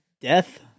Death